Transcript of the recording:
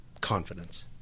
confidence